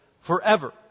forever